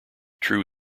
true